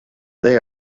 they